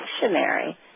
dictionary